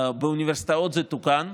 באוניברסיטאות זה תוקן.